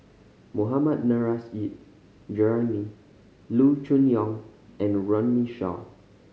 Mohammad Nurrasyid Juraimi Loo Choon Yong and Runme Shaw